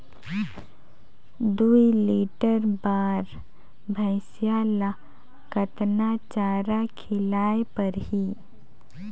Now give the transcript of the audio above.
दुई लीटर बार भइंसिया ला कतना चारा खिलाय परही?